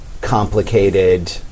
complicated